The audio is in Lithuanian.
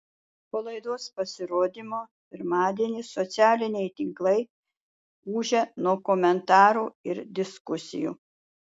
po laidos pasirodymo pirmadienį socialiniai tinklai ūžia nuo komentarų ir diskusijų